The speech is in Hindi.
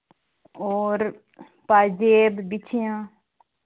और पाजेब बिछियाँ